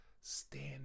stand